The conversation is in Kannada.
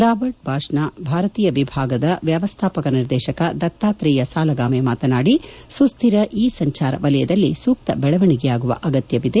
ರಾಬರ್ಟ್ ಬಾಷ್ನ ಭಾರತೀಯ ವಿಭಾಗದ ವ್ಲವಸ್ಥಾಪಕ ನಿರ್ದೇಶಕ ದತ್ತಾತ್ರೇಯ ಸಾಲಗಾಮೆ ಮಾತನಾಡಿ ಸುಖ್ಹರ ಇ ಸಂಚಾರ್ ವಲಯದಲ್ಲಿ ಸೂಕ್ತ ಬೆಳವಣಿಗೆಯಾಗುವ ಅಗತ್ಯವಿದೆ